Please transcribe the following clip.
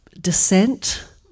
dissent